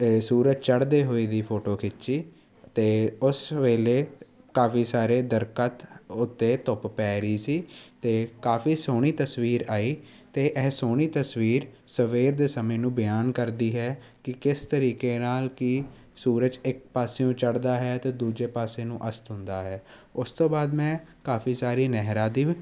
ਸੂਰਜ ਚੜਦੇ ਹੋਏ ਦੀ ਫੋਟੋ ਖਿੱਚੀ ਅਤੇ ਉਸ ਵੇਲੇ ਕਾਫ਼ੀ ਸਾਰੇ ਦਰਖਤ ਉੱਤੇ ਧੁੱਪ ਪੈ ਰਹੀ ਸੀ ਅਤੇ ਕਾਫ਼ੀ ਸੋਹਣੀ ਤਸਵੀਰ ਆਈ ਅਤੇ ਇਹ ਸੋਹਣੀ ਤਸਵੀਰ ਸਵੇਰ ਦੇ ਸਮੇਂ ਨੂੰ ਬਿਆਨ ਕਰਦੀ ਹੈ ਕਿ ਕਿਸ ਤਰੀਕੇ ਨਾਲ ਕਿ ਸੂਰਜ ਇੱਕ ਪਾਸਿਓਂ ਚੜਦਾ ਹੈ ਅਤੇ ਦੂਜੇ ਪਾਸੇ ਨੂੰ ਅਸਥ ਹੁੰਦਾ ਹੈ ਉਸ ਤੋਂ ਬਾਅਦ ਮੈਂ ਕਾਫ਼ੀ ਸਾਰੀ ਨਹਿਰਾਂ ਦੀ ਵੀ